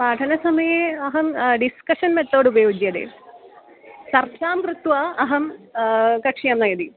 पाठनसमये अहं discussion method उपयुज्यते कक्ष्यां कृत्वा अहं कक्ष्यं नयामि